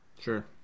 Sure